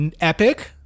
epic